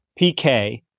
PK